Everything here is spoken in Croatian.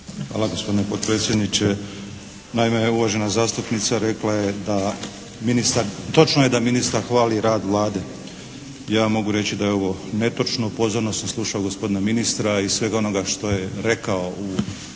Hvala gospodine potpredsjedniče. Naime, uvažena zastupnica rekla je da ministar, točno je da ministar hvali rad Vlade. Ja mogu reći da je ovo netočno, pozorno sam slušao gospodina ministra i svega onoga što je rekao u